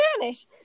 Spanish